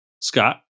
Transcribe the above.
Scott